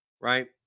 Right